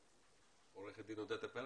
עו"ד עודדה פרץ.